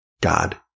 God